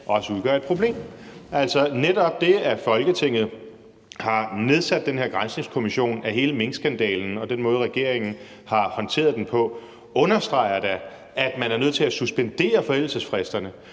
også udgør et problem. Altså, netop det, at Folketinget har nedsat den her granskningskommission af hele minkskandalen, og den måde, regeringen har håndteret den på, understreger da, at man er nødt til at suspendere forældelsesfristerne.